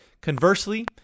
Conversely